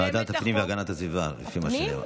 בוועדת הפנים והגנת הסביבה, לפי, הפנים?